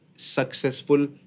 successful